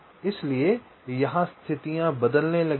इसलिए यहां स्थितियां बदलने लगीं